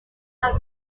are